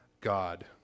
God